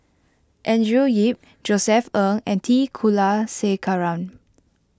Andrew Yip Josef Ng and T Kulasekaram